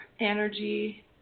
energy